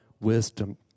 wisdom